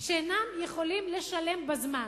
שאינם יכולים לשלם בזמן.